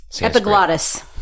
Epiglottis